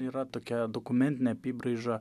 yra tokia dokumentinė apybraiža